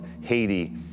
Haiti